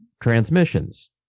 transmissions